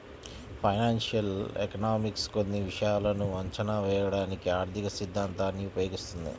financial economics కొన్ని విషయాలను అంచనా వేయడానికి ఆర్థికసిద్ధాంతాన్ని ఉపయోగిస్తుంది